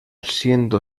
siendo